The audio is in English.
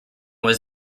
was